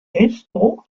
esto